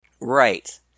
Right